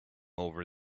over